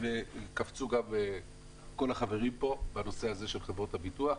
קפצו כל החברים פה בנושא הזה של חברות הביטוח,